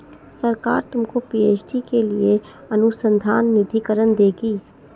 सरकार तुमको पी.एच.डी के लिए अनुसंधान निधिकरण देगी